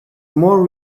more